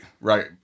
right